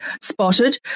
spotted